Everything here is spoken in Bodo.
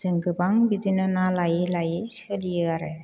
जों गोबां बिदिनो ना लायै लायै सोलियो आरो